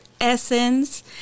essence